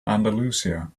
andalusia